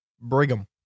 Brigham